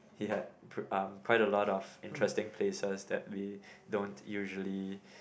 he had um quite a lot of interesting places that we don't usually